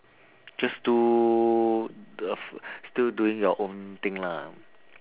just do uh still doing your own thing lah